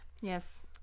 Yes